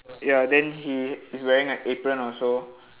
ya then he is wearing a apron also